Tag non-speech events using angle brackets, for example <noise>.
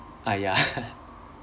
ah ya <laughs>